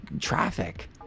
traffic